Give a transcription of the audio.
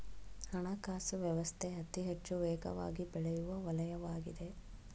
ಹಣಕಾಸು ವ್ಯವಸ್ಥೆ ಅತಿಹೆಚ್ಚು ವೇಗವಾಗಿಬೆಳೆಯುವ ವಲಯವಾಗಿದೆ